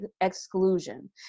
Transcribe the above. exclusion